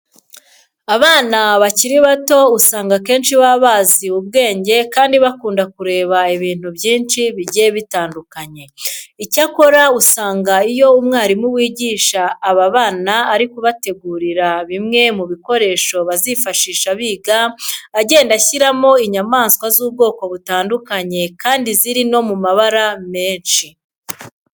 Abana bakiri bato usanga akenshi baba bazi ubwenge kandi bakunda kureba ibintu byinshi bigiye bitandukanye. Icyakora usanga iyo umwarimu wigisha aba bana ari kubategurira bimwe mu bikoresho bazifashisha biga, agenda ashyiramo inyamaswa z'ubwoko butandukanye kandi ziri no mu mabara menshi.